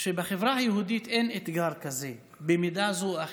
שבחברה היהודית אין אתגר כזה במידה זו או אחרת,